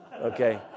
Okay